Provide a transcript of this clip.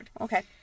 okay